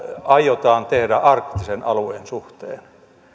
aiotaan tehdä arktisen alueen suhteen